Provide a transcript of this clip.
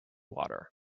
water